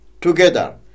together